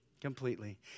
Completely